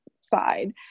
side